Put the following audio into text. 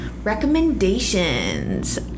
recommendations